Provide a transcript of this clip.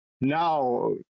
now